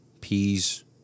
Peas